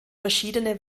verschiedene